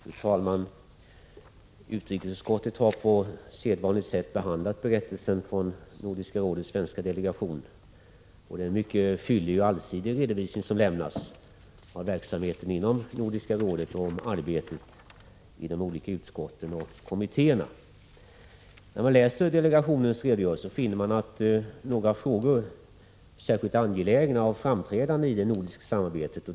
Fru talman! Utrikesutskottet har på sedvanligt sätt behandlat berättelsen från Nordiska rådets svenska delegation, och det är en mycket fyllig och allsidig redovisning som lämnas av verksamheten inom Nordiska rådet samt om arbetet i de olika utskotten och kommittéerna. När man läser delegationens redogörelse finner man att några frågor är särskilt angelägna och framträdande i det nordiska samarbetet.